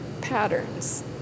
patterns